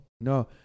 No